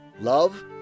love